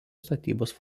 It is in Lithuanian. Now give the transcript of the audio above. statybos